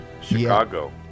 Chicago